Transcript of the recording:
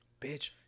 Bitch